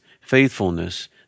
faithfulness